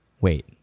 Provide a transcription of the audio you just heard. Wait